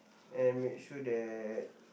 and make sure that